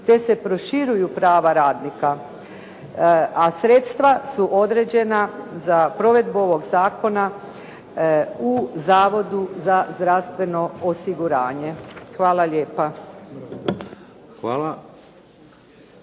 te se proširuju prava radnika. A sredstva su određena za provedbu ovog zakona u Zavodu za zdravstveno osiguranje. Hvala lijepa.